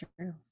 true